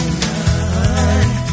tonight